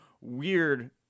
weird